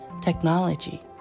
technology